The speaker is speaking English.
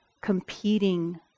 competing